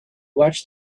watched